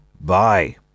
bye